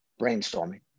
brainstorming